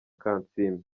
kansiime